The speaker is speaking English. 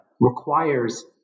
requires